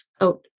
out